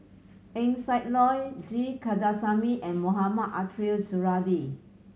Eng Siak Loy G Kandasamy and Mohamed Ariff Suradi